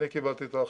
אני קיבלתי את ההחלטה.